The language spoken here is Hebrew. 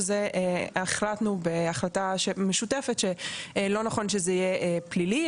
שזה החלטנו בהחלטה משותפת שלא נכון שזה יהיה פלילי,